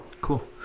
Cool